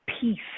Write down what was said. peace